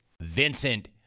Vincent